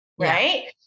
Right